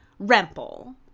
Remple